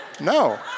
No